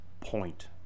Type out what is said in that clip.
point